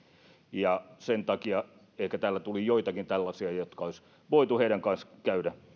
ja sen takia ehkä täällä tuli joitakin tällaisia jotka olisi voitu heidän kanssaan käydä